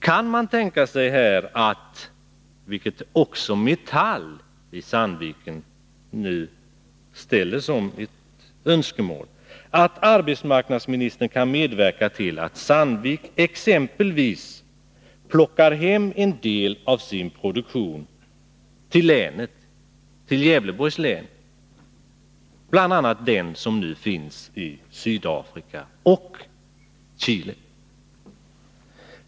Kan man här tänka sig — vilket är ett önskemål också från Metall i Sandviken — att arbetsmarknadsministern medverkar till att Sandvik AB exempelvis plockar hem en del av sin produktion till Gävleborgs län? Det gäller bl.a. verksamheten i Sydafrika och Chile.